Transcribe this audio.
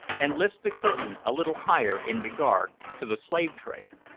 and lifts the curtain a little higher in regard to the slave-trade.